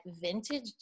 vintage